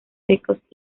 secos